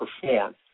perform